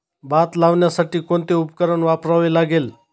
भात लावण्यासाठी कोणते उपकरण वापरावे लागेल?